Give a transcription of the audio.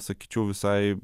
sakyčiau visai